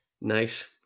Nice